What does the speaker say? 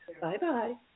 bye-bye